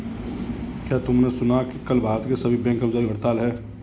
क्या तुमने सुना कि कल भारत के सभी बैंक कर्मचारियों की हड़ताल है?